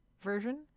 version